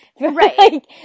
right